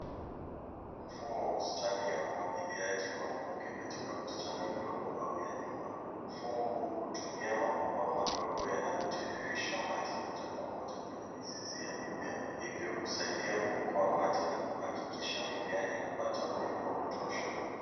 Mfumo wa bustani ya umwagiliaji wa mvuke katika bustani ndogo au ya nyumba. Mfumo huu hutumia mabomba madogo yanayotiririsha maji moja kwa moja kwenye mizizi ya mimea. Hivyo husaidia kuokoa maji na kuhakikisha mimea inapata unyevu wa kutosha.